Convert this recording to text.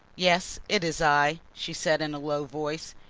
yes, it is i, she said in a low voice.